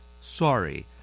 Sorry